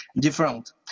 different